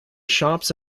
shops